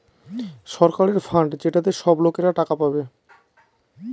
সরকারের ফান্ড যেটাতে সব লোকরা টাকা পাবে